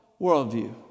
worldview